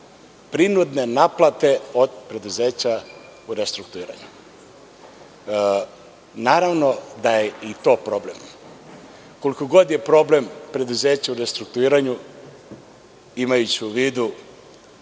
prinudne naplate od preduzeća u restrukturiranju. Naravno da je i to problem. Koliko god je problem preduzeća u restrukturiranju, imajući u vidu